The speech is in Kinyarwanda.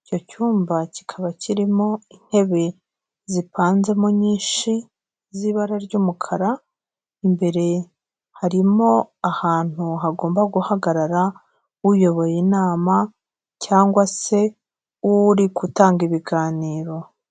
icyo cyumba kikaba kirimo intebe zipanzemo nyinshi z'ibara ry'umukara, imbere harimo ahantu hagomba guhagarara uyoboye inama cyangwa se uri gutanga ibiganiro.